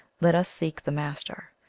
let us seek the master.